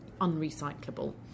unrecyclable